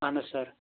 اَہَن حظ سَر